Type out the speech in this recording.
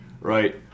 Right